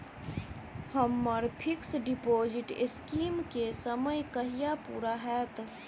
हम्मर fix deposit scheme केँ समय कहिया पूरा हैत?